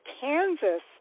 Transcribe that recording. Kansas